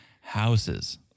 houses